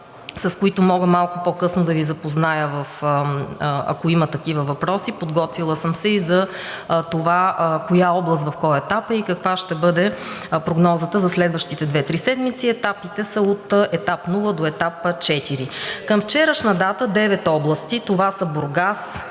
с които мога малко по-късно да Ви запозная, ако има такива въпроси. Подготвила съм се и за това коя област в кой етап е и каква ще бъде прогнозата за следващите две-три седмици. Етапите са от етап нула до етап 4. Към вчерашна дата са девет области. Бургас,